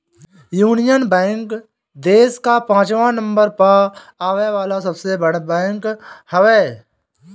union Bank देस कअ पाचवा नंबर पअ आवे वाला सबसे बड़ बैंक हवे